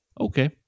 okay